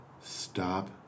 stop